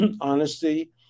honesty